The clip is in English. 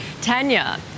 Tanya